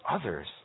others